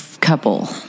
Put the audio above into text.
couple